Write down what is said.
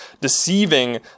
deceiving